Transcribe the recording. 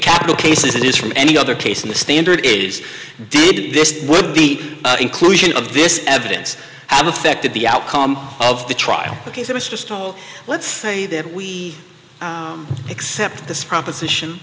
capital case is from any other case in the standard is did this would be inclusion of this evidence have affected the outcome of the trial because it was just all let's say that we accept this proposition